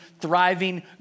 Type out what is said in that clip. thriving